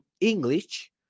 English